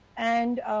and